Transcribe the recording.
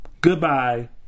goodbye